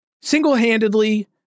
single-handedly